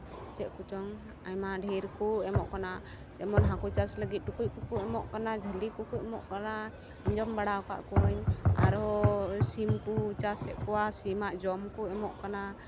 ᱪᱮᱫ ᱠᱚᱪᱚᱝ ᱟᱭᱢᱟ ᱰᱷᱮᱨ ᱠᱚ ᱮᱢᱚᱜ ᱠᱟᱱᱟ ᱡᱮᱢᱚᱱ ᱦᱟᱠᱩ ᱪᱟᱥ ᱞᱟᱹᱜᱤᱫ ᱴᱩᱠᱩᱡ ᱠᱚᱠᱚ ᱮᱢᱚᱜ ᱠᱟᱱᱟ ᱡᱷᱟᱞᱤ ᱠᱚᱠᱚ ᱮᱢᱚᱜ ᱠᱟᱱᱟ ᱟᱸᱡᱚᱢ ᱵᱟᱲᱟ ᱠᱟᱫ ᱠᱚᱣᱟᱹᱧ ᱟᱨᱦᱚᱸ ᱥᱤᱢ ᱠᱚ ᱪᱟᱥᱮᱫ ᱠᱚᱣᱟ ᱥᱤᱢᱟᱜ